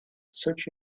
such